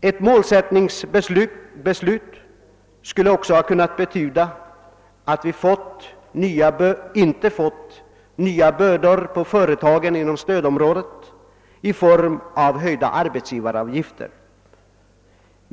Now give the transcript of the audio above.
Ett målsättningsbeslut skulle också ha kunnat betyda att vi inte fått nya bördor på företagen inom stödområdet i form av höjda arbetsgivaravgifter.